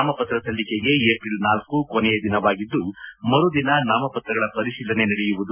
ನಾಮಪತ್ರ ಸಲ್ಲಿಕೆಗೆ ಏಪಿಲ್ ಳ ಕೊನೆಯ ದಿನವಾಗಿದ್ದು ಮರುದಿನ ನಾಮಪತ್ರಗಳ ಪರಿಶೀಲನೆ ನಡೆಯಲಿದೆ